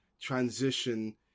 transition